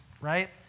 right